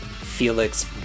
Felix